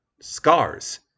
Scars